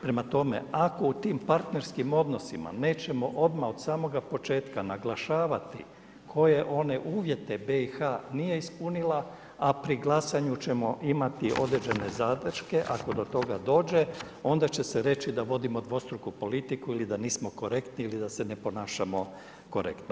Prema tome, ako u tim partnerskim odnosima nećemo odmah od samoga početka naglašavati koje one uvjete BiH nije ispunila, a pri glasanju ćemo imati određene zadrške ako do toga dođe, onda će se reći da vodimo dvostruku politiku ili da nismo korektni ili da se ne ponašamo korektno.